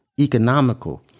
economical